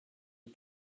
are